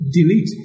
delete